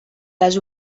les